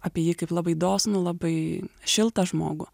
apie jį kaip labai dosnų labai šiltą žmogų